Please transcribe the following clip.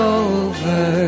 over